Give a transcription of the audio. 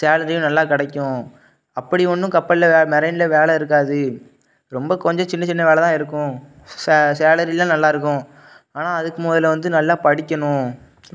சேலரியும் நல்லா கிடைக்கும் அப்படி ஒன்றும் கப்பலில் மெரெய்னில் வேலை இருக்காது ரொம்ப கொஞ்சம் சின்ன சின்ன வேலை தான் இருக்கும் ச சேலரிலாம் நல்லா இருக்கும் ஆனால் அதுக்கு முதல்ல வந்து நல்லா படிக்கணும்